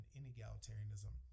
inegalitarianism